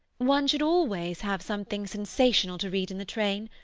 one should always have something sensational to read in the train.